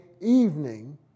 evening